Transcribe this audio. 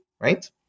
right